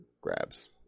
grabs